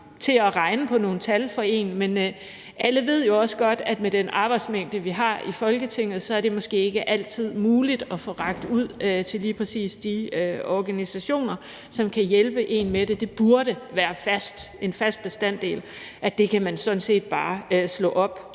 til at regne på nogle tal for en, men alle ved jo også godt, at med den arbejdsmængde, vi har i Folketinget, er det måske ikke altid muligt at få rakt ud til lige præcis de organisationer, som kan hjælpe en med det. Det burde være en fast bestanddel, at man sådan set bare kan slå